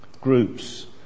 groups